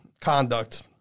conduct